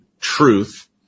truth